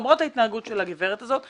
למרות ההתנהגות של הגברת הזו,